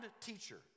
teacher